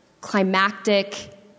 climactic